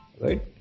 Right